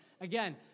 Again